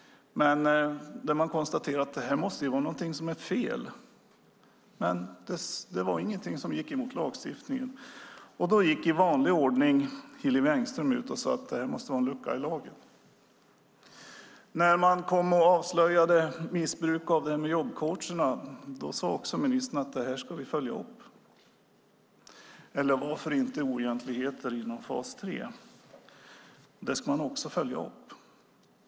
De konstaterade att något måste vara fel, men det var inget som gick emot lagstiftningen. Då gick i vanlig ordning Hillevi Engström ut och sade att det måste vara en lucka i lagen. När man avslöjade missbruk av jobbcoacherna sade ministern också att man skulle följa upp det. Och oegentligheter inom fas 3 ska man också följa upp.